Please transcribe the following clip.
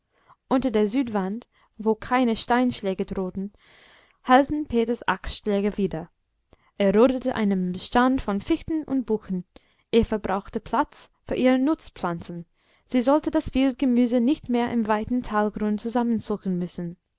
unter der südwand wo keine steinschläge drohten hallten peters axtschläge wider er rodete einen bestand von fichten und buchen eva brauchte platz für ihre nutzpflanzen sie sollte das wildgemüse nicht mehr im weiten talgrund zusammensuchen müssen